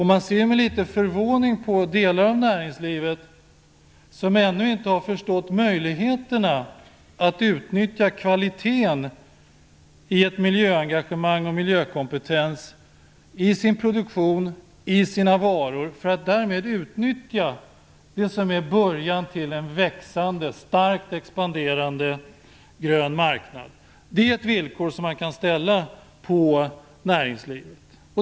Man ser med litet förvåning på delar av näringslivet som ännu inte har förstått möjligheterna att utnyttja den kvalitet som ett miljöengagemang och en miljökompetens innebär i sin produktion och i sina varor för att därmed utnyttja det som är början till en växande och starkt expanderande grön marknad. Det är ett villkor som man kan ställa på näringslivet.